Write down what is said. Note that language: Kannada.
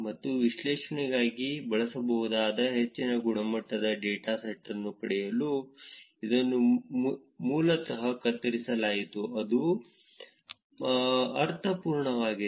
ಮತ್ತು ವಿಶ್ಲೇಷಣೆಗಾಗಿ ಬಳಸಬಹುದಾದ ಹೆಚ್ಚಿನ ಗುಣಮಟ್ಟದ ಡೇಟಾವನ್ನು ಪಡೆಯಲು ಇದನ್ನು ಮೂಲತಃ ಕತ್ತರಿಸಲಾಯಿತು ಅದು ಅರ್ಥಪೂರ್ಣವಾಗಿದೆ